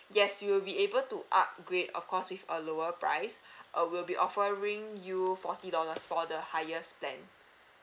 yes you will be able to upgrade of course with a lower price uh we'll be offering you forty dollars for the highest plan